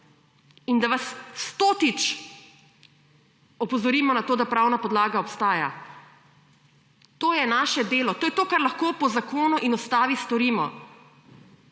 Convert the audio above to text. in da vas stotič opozorimo na to, da pravna podlaga obstaja. To je naše delo, to je to, kar lahko po zakonu in Ustavi storimo